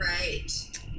right